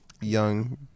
young